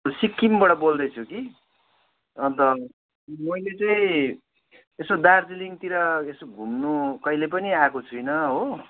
सिक्किमबाट बोल्दैछु कि अन्त मैले चाहिँ यसो दार्जिलिङतिर यसो घुम्नु कहिले पनि आएको छुइनँ हो